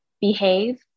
behave